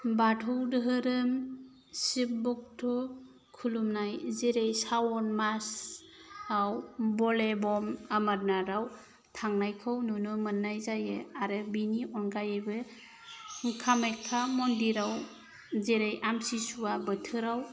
बाथौ धोरोम शिब भक्त खुलुमनाय जेरै सावन मासआव बलेबम अमरनाथआव थांनायखौ नुनो मोननाय जायो आरो बिनि अनगायैबो कामाख्या मन्दिराव जेरै आमतिसुवा बोथोराव